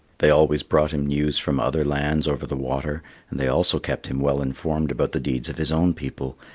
they always brought him news from other lands over the water and they also kept him well informed about the deeds of his own people,